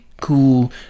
Cool